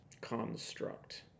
construct